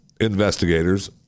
investigators